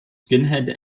skinhead